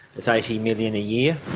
that's eighty million a year.